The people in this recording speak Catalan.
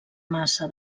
massa